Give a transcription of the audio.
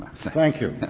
thank you.